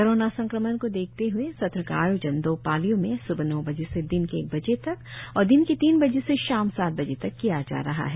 corona संक्रमण को देखते हुए सत्र का आयोजन दो पालियों में सुबह नौ बजे से दिन के एक बजे तक और दिन के तीन बजे से शाम सात बजे तक किया जा रहा है